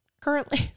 Currently